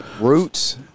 Roots